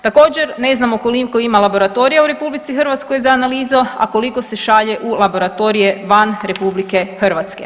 Također ne znamo koliko ima laboratorija u RH za analize, a koliko se šalje u laboratorije van RH?